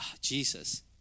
jesus